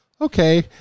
okay